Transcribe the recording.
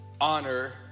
Honor